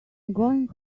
going